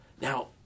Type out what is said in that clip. Now